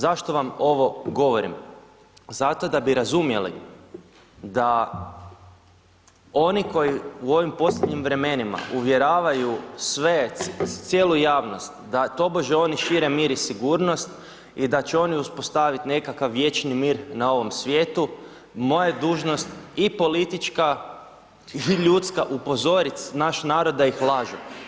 Zašto vam ovo govorim, zato da bi razumjeli da oni koji u ovim posljednjim vremenima uvjeravaju sve, cijelu javnost da tobože oni šire mir i sigurnost i da će oni uspostavit nekakav vječni mir na ovom svijetu, moja je dužnost i politička i ljudska upozorit naš narod da ih lažu.